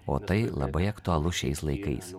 o tai labai aktualu šiais laikais